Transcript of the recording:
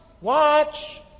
Watch